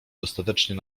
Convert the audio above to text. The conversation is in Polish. dostatecznie